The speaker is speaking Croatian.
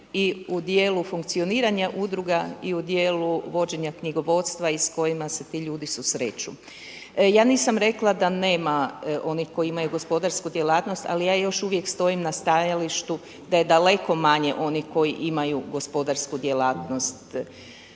i u dijelu funkcioniranja udruga i u dijelu vođenja knjigovodstva i s kojima se ti ljudi susreću. Ja nisam rekla da nema, onih koji imaju gospodarsku djelatnost ali ja još uvijek stojim na stajalištu da je daleko manje onih koji imaju gospodarsku djelatnost.